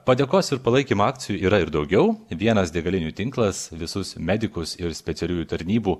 padėkos ir palaikymo akcijų yra ir daugiau vienas degalinių tinklas visus medikus ir specialiųjų tarnybų